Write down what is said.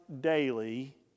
daily